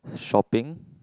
shopping